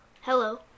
Hello